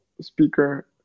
speaker